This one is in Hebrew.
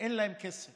ואין להם כסף